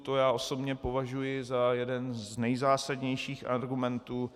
To já osobně považuji za jeden z nejzásadnějších argumentů.